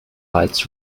lights